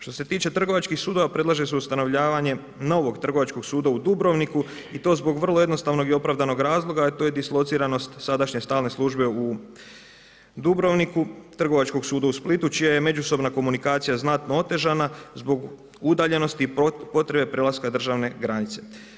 Što se tiče trgovačkih sudova, predlaže se ustanovljavanje novog Trgovačkog suda u Dubrovniku i to zbog vrlo jednostavnog i opravdanog razloga jer to je dislociranost sadašnje stalne službe u Dubrovniku, Trgovačkog suda u Splitu čija je međusobna komunikacija znatno otežana zbog udaljenosti i potrebe prelaska državne granice.